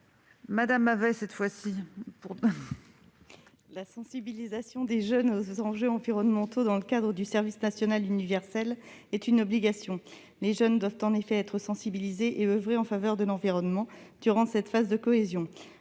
Nadège Havet. La sensibilisation des jeunes aux enjeux environnementaux, dans le cadre du service national universel (SNU), est une obligation. Les jeunes doivent en effet être sensibilisés et oeuvrer en faveur de l'environnement durant cette phase de cohésion.